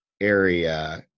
area